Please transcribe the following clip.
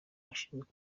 bashinzwe